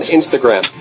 Instagram